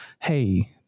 hey